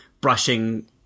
brushing